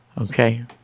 Okay